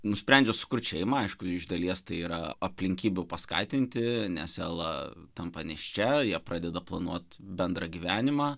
nusprendžia sukurt šeimą aišku iš dalies tai yra aplinkybių paskatinti nes ela tampa nėščia jie pradeda planuot bendrą gyvenimą